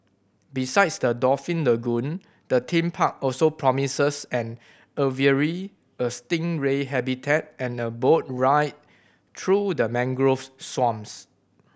besides the dolphin lagoon the theme park also promises an aviary a stingray habitat and a boat ride through the mangroves swamps